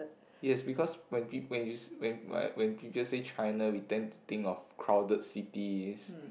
yes because when peop~ when you when when people say China we tend to think of crowded cities